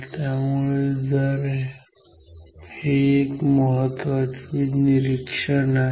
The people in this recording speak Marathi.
त्यामुळे हे एक महत्त्वाचे निरीक्षण आहे